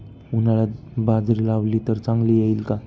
उन्हाळ्यात बाजरी लावली तर चांगली येईल का?